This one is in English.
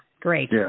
Great